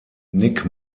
nick